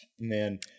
Man